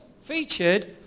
featured